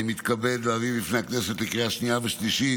אני מתכבד להביא בפני הכנסת לקריאה שנייה ושלישית